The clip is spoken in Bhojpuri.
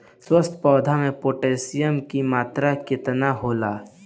स्वस्थ पौधा मे पोटासियम कि मात्रा कितना होला?